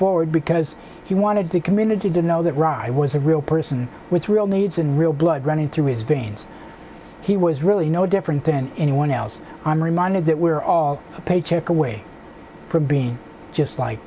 forward because he wanted to community to know that rai was a real person with real needs and real blood running through his veins he was really no different than anyone else i'm reminded that we're all a paycheck away from being just like